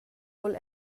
vul